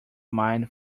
mind